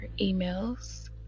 emails